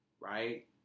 right